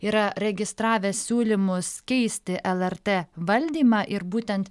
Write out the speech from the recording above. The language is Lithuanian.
yra registravę siūlymus keisti lrt valdymą ir būtent